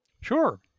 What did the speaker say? Sure